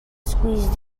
squeezed